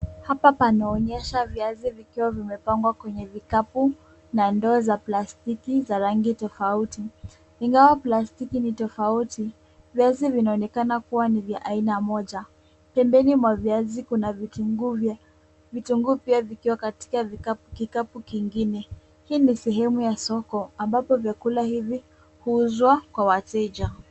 Hapa panaonyesha viazi vikiwa vimepangwa kwenye vikapu na ndoo za plastiki za rangi tofauti. Ingawa plastiki ni tofauti, viazi vinaonekana kuwa ni ya aina moja. Pembeni mwa viazi kuna vitunguu. Vitunguu pia vikiwa katika kikapu kingine. Hii ni sehemu ya soko ambapo vyakula hivi huuzwa kwa wateja.